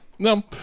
No